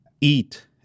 eat